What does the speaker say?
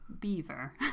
beaver